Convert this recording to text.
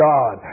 God